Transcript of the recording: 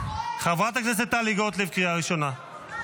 --- חברת הכנסת טלי גוטליב, קריאה ראשונה.